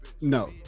no